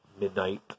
midnight